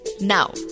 Now